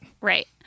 right